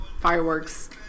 fireworks